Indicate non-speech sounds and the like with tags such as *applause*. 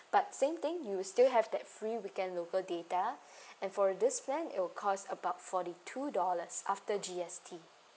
but something you will still have that free weekend local data *breath* and for this plan it will cost about forty two dollars after G_S_T